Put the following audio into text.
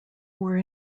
were